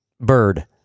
Bird